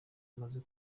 amaze